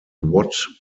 what